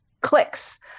clicks